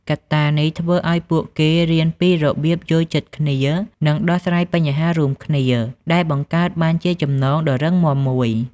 កត្តានេះធ្វើឲ្យពួកគេរៀនពីរបៀបយល់ចិត្តគ្នា និងដោះស្រាយបញ្ហារួមគ្នា ដែលបង្កើតបានជាចំណងដ៏រឹងមាំមួយ។